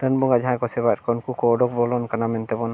ᱰᱟᱹᱱ ᱵᱚᱸᱜᱟ ᱡᱟᱦᱟᱭ ᱠᱚ ᱥᱮᱵᱟᱭᱮᱫ ᱠᱚᱣᱟ ᱩᱱᱠᱩ ᱠᱚ ᱚᱰᱚᱠ ᱵᱚᱞᱚᱱ ᱠᱟᱱᱟ ᱢᱮᱱᱛᱮᱵᱚᱱ